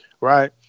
right